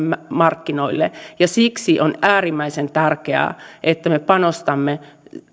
markkinoille ja siksi on äärimmäisen tärkeää että me panostamme